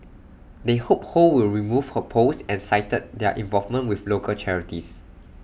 they hope ho will remove her post and cited their involvement with local charities